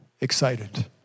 excited